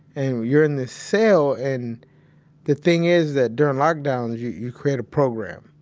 and you're in this cell and the thing is that during lockdowns you you create a program.